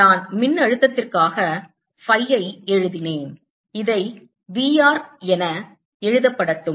நான் மின்னழுத்ததிற்காக phi ஐ எழுதினேன் இதை V r என எழுதப்படட்டும்